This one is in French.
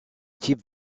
types